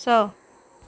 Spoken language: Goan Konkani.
स